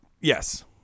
Yes